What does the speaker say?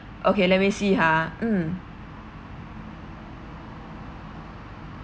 okay let me see huh mm